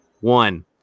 one